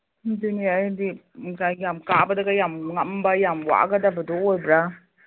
ꯑꯗꯨꯅꯦ ꯑꯩꯗꯤ ꯌꯥꯝ ꯀꯥꯕꯗꯒ ꯌꯥꯝ ꯉꯝꯕ ꯌꯥꯝ ꯋꯥꯒꯗꯕꯗꯨ ꯑꯣꯏꯕ꯭ꯔ